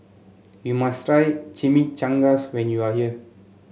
you must try Chimichangas when you are here